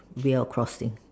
without crossing